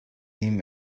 dem